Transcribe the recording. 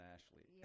Ashley